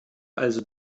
also